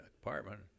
apartment